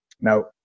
Now